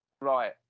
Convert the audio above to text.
Right